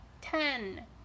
Ten